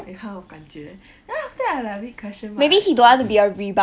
that kind of 感觉 then after that I like a bit question my